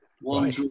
one